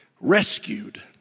rescued